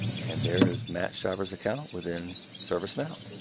and there is matt shiver's account within servicenow.